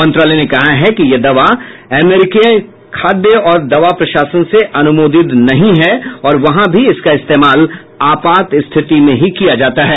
मंत्रालय ने कहा है कि यह दवा अमरीका खाद्य और दवा प्रशासन से अनुमोदित नहीं है और वहां भी इसका इस्तेमाल आपात स्थिति में ही किया जाता है